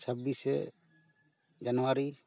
ᱪᱷᱟᱵᱤᱥᱮ ᱡᱟᱱᱩᱣᱟᱨᱤ